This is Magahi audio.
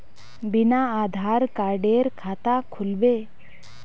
बिना आधार कार्डेर खाता खुल बे?